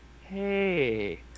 hey